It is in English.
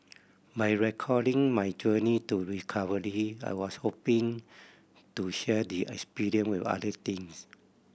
by recording my journey to recovery I was hoping to share the experience with other teens